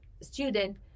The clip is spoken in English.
student